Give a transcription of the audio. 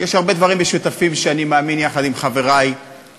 יש הרבה דברים משותפים שאני מאמין בהם יחד עם חברי באופוזיציה,